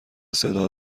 صدا